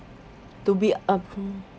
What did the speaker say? to be a